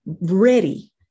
ready